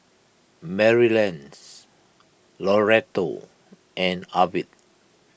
Marlys Loretto and Arvid